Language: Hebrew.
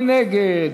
מי נגד?